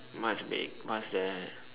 much big what's there